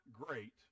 great